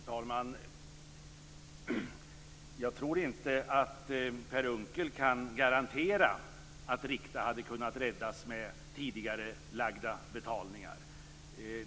Fru talman! Jag tror inte att Per Unckel kan garantera att Rikta hade kunnat räddas med tidigare gjorda betalningar.